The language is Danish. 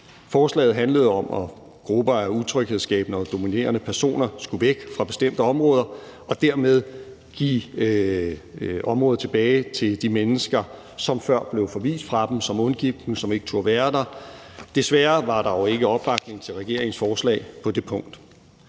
Forslaget handlede om, at grupper af tryghedsskabende og dominerende personer skulle væk fra bestemte områder og dermed give området tilbage til de mennesker, som før blev forvist fra dem, som undgik dem, og som ikke turde være der. Desværre var der jo ikke opbakning til regeringens forslag på det punkt.